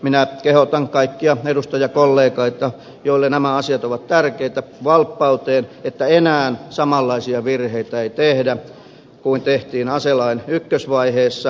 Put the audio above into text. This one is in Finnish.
minä kehotan kaikkia edustajakollegoita joille nämä asiat ovat tärkeitä valppauteen että enää samanlaisia virheitä ei tehdä kuin tehtiin aselain ykkösvaiheessa